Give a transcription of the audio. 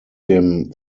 dem